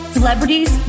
Celebrities